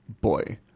boy